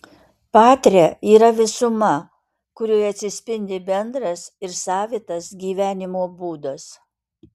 patria yra visuma kurioje atsispindi bendras ir savitas gyvenimo būdas